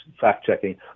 fact-checking